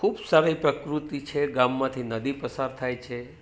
ખૂબ સારી પ્રકૃતિ છે ગામમાંથી નદી પસાર થાય છે